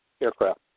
aircraft